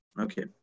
Okay